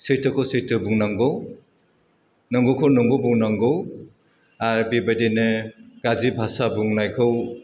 सैथोखौ सैथो बुंनागौ नंगौखौ नगौ बुंनांगौ आर बेबायदिनो गाज्रि भाषा बुंनायखौ